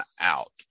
out